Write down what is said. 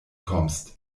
kommst